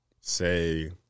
say